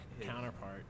counterpart